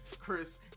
Chris